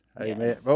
Amen